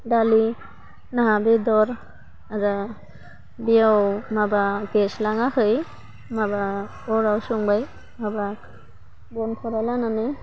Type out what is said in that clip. दालि ना बेदर आरो बेयाव माबा गेस लाङाखै माबा अराव संबाय माबा बनथराय लानानै